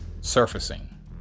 surfacing